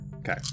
Okay